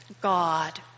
God